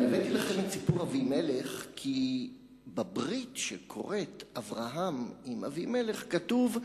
אבל הבאתי לכם את סיפור אבימלך כי בברית שאברהם כורת עם אבימלך כתוב: